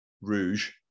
rouge